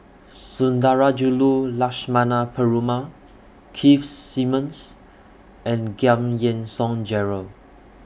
Sundarajulu Lakshmana Perumal Keith Simmons and Giam Yean Song Gerald